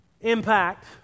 Impact